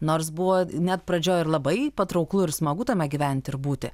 nors buvo net pradžioj ir labai patrauklu ir smagu tame gyventi ir būti